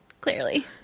Clearly